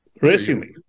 resume